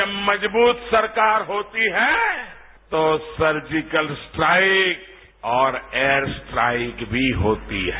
जब मजबूत सरकार होती है तो सर्जीकल स्ट्राइक और एयर स्ट्राइक भी होती है